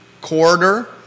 corridor